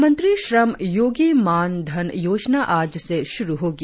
प्रधानमंत्री श्रम योगी मान धन योजना आज से श्रु होगी